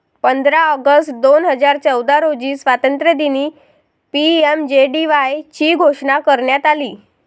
पंधरा ऑगस्ट दोन हजार चौदा रोजी स्वातंत्र्यदिनी पी.एम.जे.डी.वाय ची घोषणा करण्यात आली